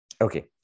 Okay